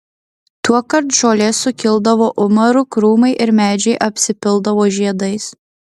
tuokart žolė sukildavo umaru krūmai ir medžiai apsipildavo žiedais